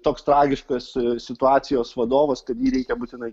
toks tragiškas situacijos vadovas kad jį reikia būtinai